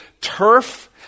turf